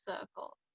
circle